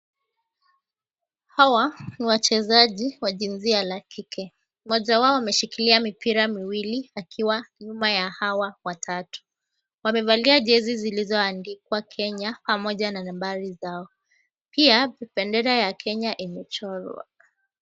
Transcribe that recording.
Hawa ni wachezaji wa jinsia la kike. Mmoja wao ameshikilia mipira miwili akiwa nyuma ya hawa watatu. Wamevaa jezi zilizoandikwa Kenya pamoja na nambari zao. Pia vibendera ya Kenya imechorwa.